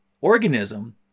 organism